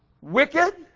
wicked